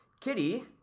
Kitty